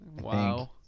wow